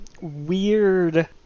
weird